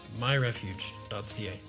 myrefuge.ca